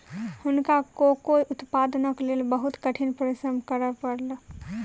हुनका कोको उत्पादनक लेल बहुत कठिन परिश्रम करय पड़ल